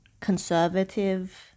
conservative